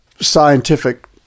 scientific